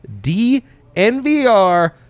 DNVR